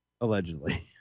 Allegedly